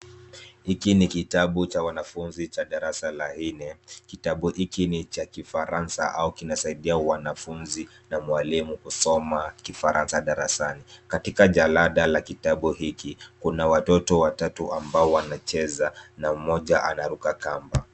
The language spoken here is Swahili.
Hiki ni kitabu cha wanafunzi cha darasa la nne. Kitabu hiki ni cha Kifaransa au kinasaidia wanafunzi na mwalimu kusoma Kifaransa darasani. Katika jalada la kitabu hiki, kuna watoto watatu ambao wanacheza na mmoja anaruka kamba.